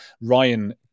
Ryan